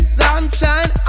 sunshine